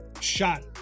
shot